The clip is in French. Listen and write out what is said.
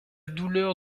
douleur